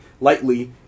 lightly